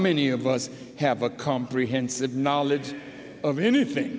many of us have a comprehensive knowledge of anything